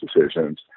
decisions